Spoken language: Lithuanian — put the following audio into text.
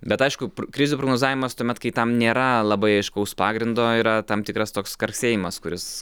bet aišku krizių prognozavimas tuomet kai tam nėra labai aiškaus pagrindo yra tam tikras toks karksėjimas kuris